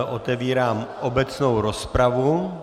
Otevírám obecnou rozpravu.